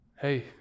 Hey